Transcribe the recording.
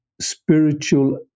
spiritual